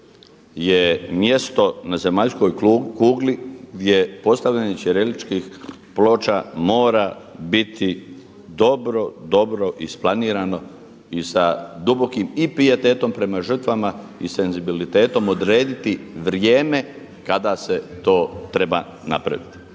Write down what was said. je mjesto na zemaljskoj kugli gdje postavljane ćiriličnih ploča mora biti dobro, dobro isplanirano i sa dubokim i pijetetom prema žrtvama i senzibilitetom odrediti vrijeme kada se to treba napraviti.